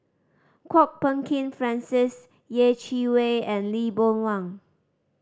Kwok Peng Kin Francis Yeh Chi Wei and Lee Boon Wang